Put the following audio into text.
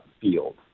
field